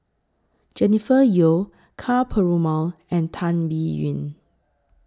Jennifer Yeo Ka Perumal and Tan Biyun